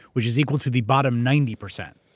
which is equal to the bottom ninety percent,